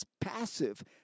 passive